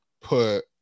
put